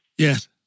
Yes